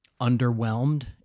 underwhelmed